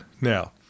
Now